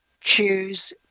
choose